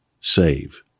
save